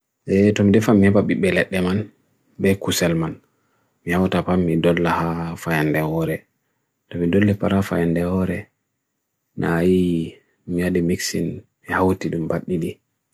Dabbaaji hokkita heɓi sotti fiinooko ngoodi. ɓe ngoodari fiinooko.